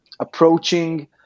approaching